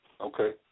Okay